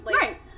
Right